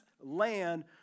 land